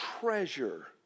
treasure